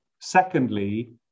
Secondly